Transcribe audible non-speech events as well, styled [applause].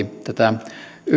[unintelligible] tätä